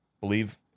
believe